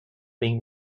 being